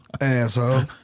Asshole